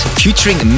featuring